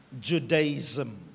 Judaism